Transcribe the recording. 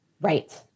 Right